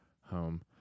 home